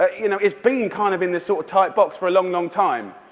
ah you know, it's been kind of in this sort of tight box for a long, long time,